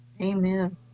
Amen